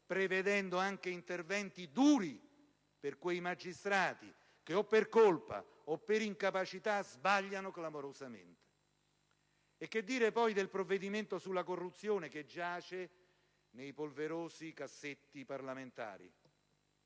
prevedendo anche interventi duri per quei magistrati che, per colpa o per incapacità, sbagliano clamorosamente. E che dire, poi, del provvedimento sulla corruzione che giace nei polverosi cassetti parlamentari?